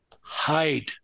hide